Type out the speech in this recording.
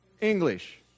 English